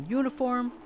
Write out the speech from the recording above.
uniform